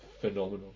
phenomenal